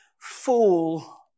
fool